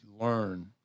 learn